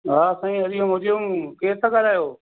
हा साईं हरिओम हरिओम केरु था ॻाल्हायो